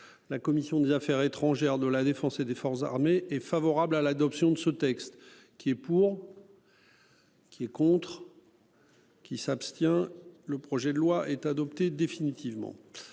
La commission des Affaires étrangères de la Défense et des forces armées et favorable à l'adoption de ce texte qui est pour. Qui est contre. Qui s'abstient. Le projet de loi est adopté définitivement,